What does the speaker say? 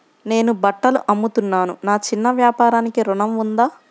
నేను బట్టలు అమ్ముతున్నాను, నా చిన్న వ్యాపారానికి ఋణం ఉందా?